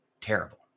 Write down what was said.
Terrible